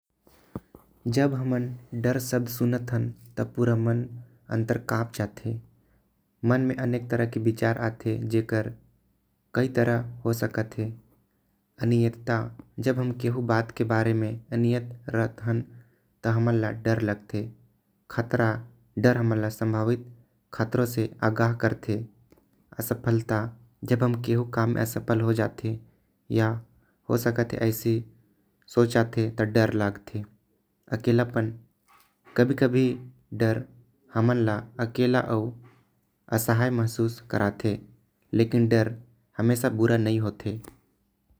जब हमन डर शब्द सुंथन तो मन अंदर काँप जाथे। मन में विचार आथे जेकर कई प्रकार होथे एनीमियता। जब हमन एनीमित्या रखते तो डर लगथे। खतरा डर हमन ला संभावित खतरों से आगाह करथे। असफलता जब हम केहू काम में असफल हो जाथि या हो सकत है। तो डर लगथे डर कभी कभी अकेला अउ असहाय दिखाते लगथे। लेकिन डर हमेशा बुरा नही होथे।